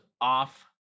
off